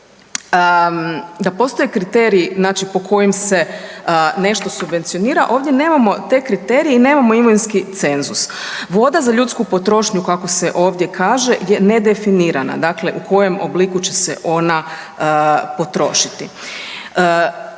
da postoje kriteriji znači po kojim se nešto subvencionira. Ovdje nemamo te kriterije i nemamo imovinski cenzus. Voda za ljudsku potrošnju kako se ovdje kaže je nedefinirana, dakle u kojem obliku će se ona potrošiti.